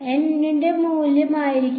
N യുടെ മൂല്യം ആയിരിക്കും